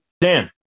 Dan